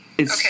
Okay